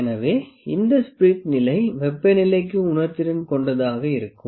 எனவே இந்த ஸ்பிரிட் நிலை வெப்பநிலைக்கு உணர்திறன் கொண்டதாக இருக்கும்